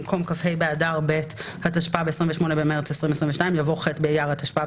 במקום "כ"ה באדר ב' התשפ"ב (28 במרס 2022)" יבוא "ח' באייר התשפ"ב